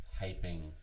hyping